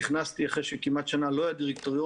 נכנסתי אחרי שכמעט שנה לא היה דירקטוריון,